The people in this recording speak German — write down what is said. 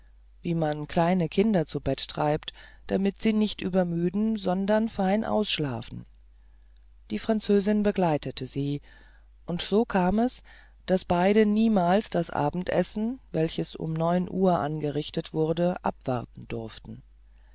wie man kleine kinder zu bette treibt damit sie nicht übermüden sondern fein ausschlafen die französin begleitete sie und so kam es daß beide niemals das abendessen welches um neun uhr angerichtet wurde abwarten durften